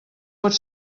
pot